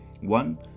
one